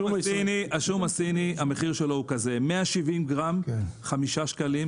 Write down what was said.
המחיר של השום הסיני הוא כזה: 170 גרם חמישה שקלים,